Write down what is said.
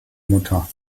mutter